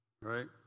right